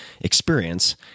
experience